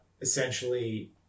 essentially